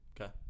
Okay